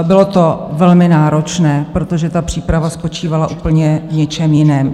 Bylo to velmi náročné, protože ta příprava spočívala úplně v něčem jiném.